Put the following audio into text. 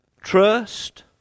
Trust